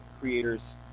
creators